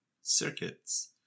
circuits